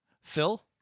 Phil